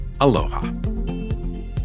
aloha